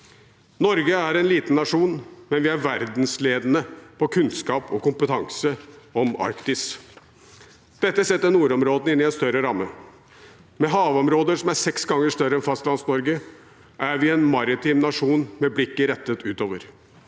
Norge er en liten nasjon, men vi er verdensledende på kunnskap og kompetanse om Arktis. Dette setter nordområdene inn i en større ramme. Med havområder som er seks ganger større enn Fastlands-Norge, er vi en maritim nasjon med blikket rettet utover.